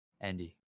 Andy